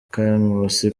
mukankusi